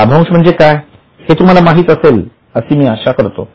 लाभांश म्हणजे काय हे तुम्हाला माहित असेल अशी मी आशा करतो